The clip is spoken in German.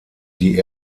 die